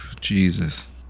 Jesus